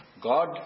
God